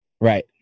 Right